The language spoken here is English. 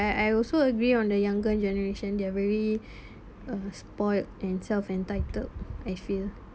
I I also agree on the younger generation they're very uh spoiled and self-entitled I feel